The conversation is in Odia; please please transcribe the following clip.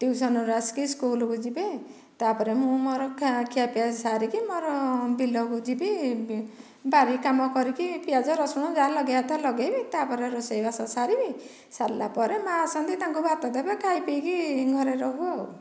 ଟିଉସନ୍ରୁ ଆସିକି ସ୍କୁଲକୁ ଯିବେ ତାପରେ ମୁଁ ମୋର ଖା ଖିଆ ପିଆ ସାରିକି ମୋର ବିଲକୁ ଯିବି ବି ବାରି କାମ କରିକି ପିଆଜ ରସୁଣ ଯାହା ଲଗାଇବା କଥା ଲଗାଇବି ତାପରେ ରୋଷେଇ ବାସ ସାରିବି ସାରିଲା ପରେ ମା ଆସନ୍ତି ତାଙ୍କୁ ଭାତ ଦେବେ ଖାଇ ପିଇକି ଘରେ ରହୁ ଆଉ